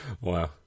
Wow